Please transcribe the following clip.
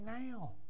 now